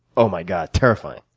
oh, my god, terrifying.